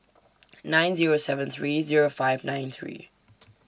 nine Zero seven three Zero five nine three